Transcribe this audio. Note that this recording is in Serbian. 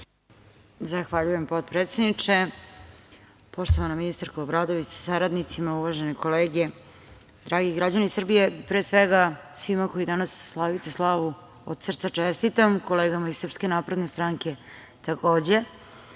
Zahvaljujem potpredsedniče. Poštovana ministarko Obradović sa saradnicima, uvažene kolege, dragi građani Srbije, pre svega svima kojima danas slavite slavu od srca čestitam, kolegama iz SNS takođe,